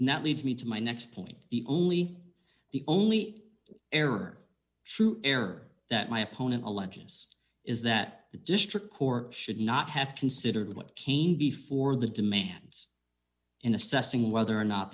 and that leads me to my next point the only the only error true error that my opponent alleges is that the district court should not have considered what came before the demands in assessing whether or not